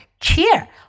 cheer